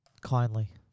Kindly